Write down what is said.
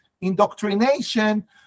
indoctrination